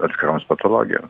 atskiroms patologijom